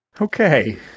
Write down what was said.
Okay